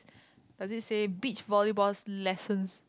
does it said beach volleyball's lessons